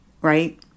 right